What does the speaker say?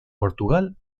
portugal